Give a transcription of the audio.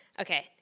Okay